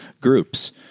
groups